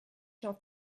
jean